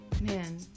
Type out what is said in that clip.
Man